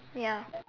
ya